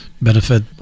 benefit